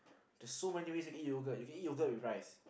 there's so many ways you eat yogurt you can eat yogurt with rice